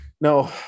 No